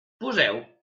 poseu